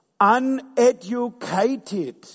Uneducated